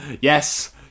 yes